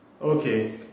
Okay